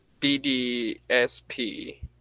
BDSP